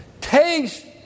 Taste